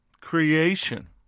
creation